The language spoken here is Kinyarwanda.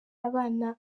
abana